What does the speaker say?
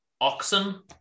oxen